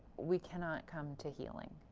we cannot come to healing.